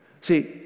See